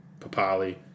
Papali